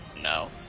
No